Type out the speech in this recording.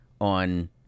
on